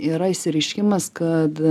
yra išsireiškimas kad